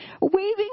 waving